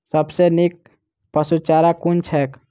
सबसँ नीक पशुचारा कुन छैक?